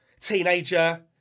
teenager